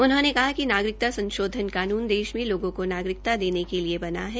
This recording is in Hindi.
उन्होंने कहा कि नागरिकता संशोधन कानून देश में लोगों को नागरिकता देने के लिए बना है